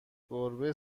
گربه